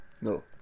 no